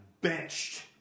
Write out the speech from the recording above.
benched